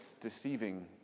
deceiving